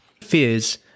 Fears